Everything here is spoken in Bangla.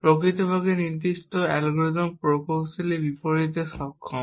প্রকৃতপক্ষে নির্দিষ্ট অ্যালগরিদম প্রকৌশলী বিপরীত করতে সক্ষম